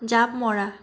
জাপ মৰা